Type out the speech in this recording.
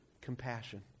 compassion